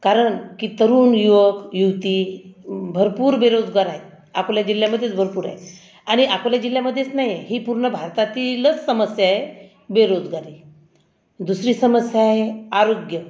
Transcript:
कारण की तरुण युवक युवती भरपूर बेरोजगार आहेत अकोला जिल्ह्यामध्येच भरपूर आहेत आणि अकोला जिल्ह्यामध्येच नाही ही पूर्ण भारतातीलच समस्या आहे बेरोजगारी दुसरी समस्या आहे आरोग्य